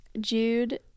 Jude